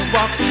Walk